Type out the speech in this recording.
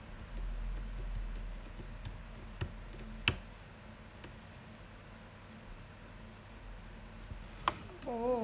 oh